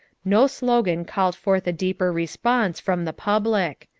no slogan called forth a deeper response from the public.